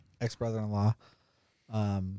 ex-brother-in-law